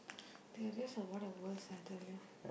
they are just one of the worst I tell you